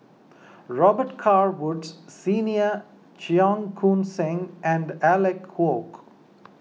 Robet Carr Woods Senior Cheong Koon Seng and Alec Kuok